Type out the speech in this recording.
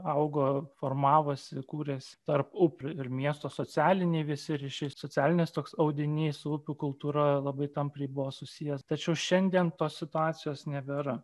augo formavosi kūrėsi tarp upių ir miesto socialiniai visi ryšiai socialinis toks audinys upių kultūroje labai tampriai buvo susijęs tačiau šiandien tos situacijos nebėra